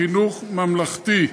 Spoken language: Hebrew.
חינוך ממלכתי,